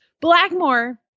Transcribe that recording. Blackmore